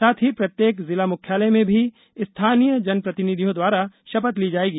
साथ ही प्रत्येक जिला मुख्यालय में भी स्थानीय जन प्रतिनिधियों द्वारा शपथ ली जायेगी